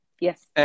Yes